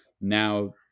now